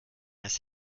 das